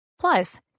Plus